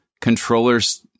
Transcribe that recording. controllers